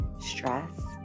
stress